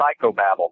psychobabble